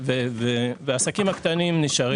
והעסקים הקטנים נשארים.